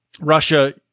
Russia